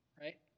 Right